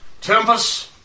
Tempest